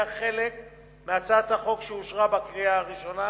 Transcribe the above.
חלק מהצעת החוק שאושרה בקריאה הראשונה,